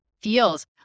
feels